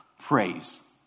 praise